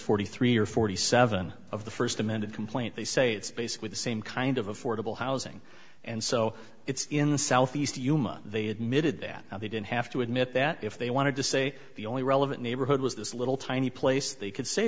forty three or forty seven of the first amended complaint they say it's basically the same kind of affordable housing and so it's in the southeast yuma they admitted that they didn't have to admit that if they wanted to say the only relevant neighborhood was this little tiny place they c